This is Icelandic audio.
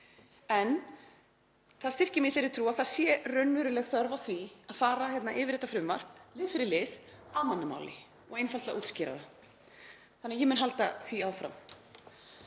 en það styrkir mig í þeirri trú að það sé raunveruleg þörf á því að fara yfir þetta frumvarp lið fyrir lið á mannamáli, og einfaldlega útskýra það, þannig að ég mun halda því áfram.